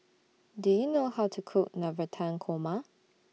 Do YOU know How to Cook Navratan Korma